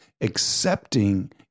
accepting